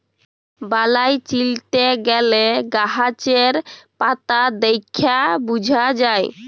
বালাই চিলতে গ্যালে গাহাচের পাতা দ্যাইখে বুঝা যায়